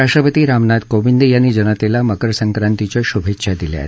राष्ट्रपती रामनाथ कोविंद यांनी जनतेला मकर संक्रांतीच्या शुभेच्छा दिल्या आहेत